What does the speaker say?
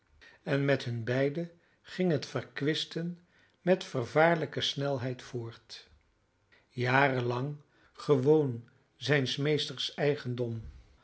en met hun beiden ging het verkwisten met vervaarlijke snelheid voort jarenlang gewoon zijns meesters eigendom